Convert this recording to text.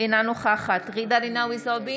אינה נוכחת ג'ידא רינאוי זועבי,